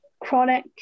chronic